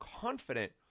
confident